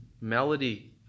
melody